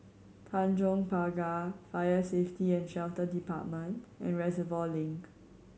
Tanjong Pagar Fire Safety And Shelter Department and Reservoir Link